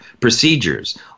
procedures